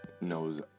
knows